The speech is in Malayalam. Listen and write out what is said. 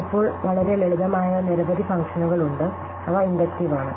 ഇപ്പോൾ വളരെ ലളിതമായ നിരവധി ഫംഗ്ഷനുകൾ ഉണ്ട് അവ ഇൻഡക്റ്റീവ് ആണ്